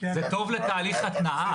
זה טוב לתהליך התנעה.